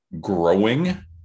growing